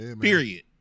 Period